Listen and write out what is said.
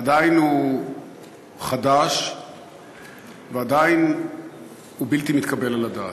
עדיין הוא חדש ועדיין הוא בלתי מתקבל על הדעת.